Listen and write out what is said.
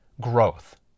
growth